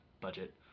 budget